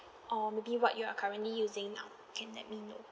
or maybe what you are currently using now can let me know